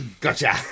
Gotcha